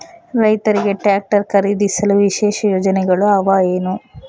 ರೈತರಿಗೆ ಟ್ರಾಕ್ಟರ್ ಖರೇದಿಸಲು ವಿಶೇಷ ಯೋಜನೆಗಳು ಅವ ಏನು?